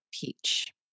peach